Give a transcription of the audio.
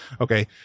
Okay